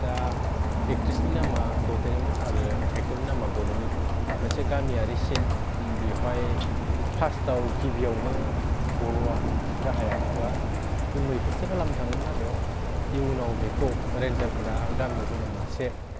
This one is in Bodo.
दा एकट्रिसनि नामा ददेरेमोन आरो एक्ट'रनि नामा गल'मोन मोनसे गामियारि सिन बेवहाय फार्स्टआव गिबियावनो गल'आ गाहाय आखुवा बे मैहुरसो खालामनो थाङोमोन आरो इउनाव बेखौ रेनजारफोरा गामियाव फैनाय मासे